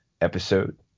episode